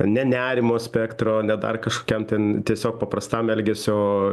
ne nerimo spektro ne dar kažkokiam ten tiesiog paprastam elgesio